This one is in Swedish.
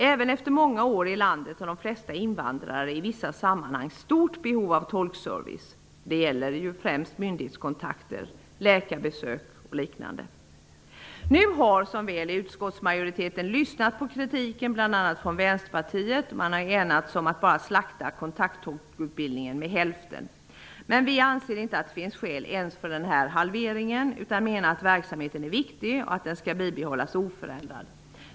Även efter många år i landet har de flesta invandrare i vissa sammanhang stort behov av tolkservice. Det gäller främst vid myndighetskontakter, läkarbesök och liknande. Utskottsmajoriteten har som väl är lyssnat på den kritik som kommit bl.a. från Vänsterpartiet. Man har enats om att bara ''slakta'' kontakttolkutbildningen till hälften. Vi anser inte att det finns skäl ens för en halvering utan menar att verksamheten är viktig och att den skall bibehållas oförändrad.